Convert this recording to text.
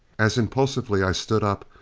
as impulsively i stood up,